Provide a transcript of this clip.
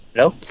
Hello